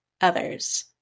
others